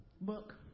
book